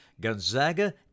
Gonzaga